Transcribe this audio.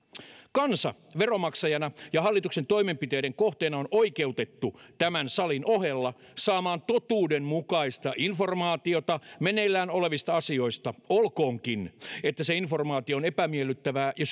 kansa veronmaksajana ja hallituksen toimenpiteiden kohteena on oikeutettu tämän salin ohella saamaan totuudenmukaista informaatiota meneillään olevista asioista olkoonkin että se informaatio on epämiellyttävää ja